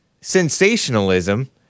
sensationalism